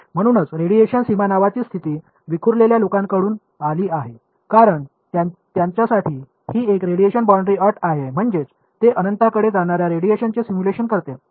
म्हणूनच रेडिएशन सीमा नावाची स्थिती विखुरलेल्या लोकांकडून आली आहे कारण त्यांच्यासाठी ही एक रेडिएशन बाउंड्री अट आहे म्हणजेच ते अनंताकडे जाणार्या रेडिएशनचे सिम्युलेशन करते